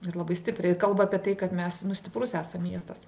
ir labai stipriai ir kalba apie tai kad mes nu stiprus esam miestas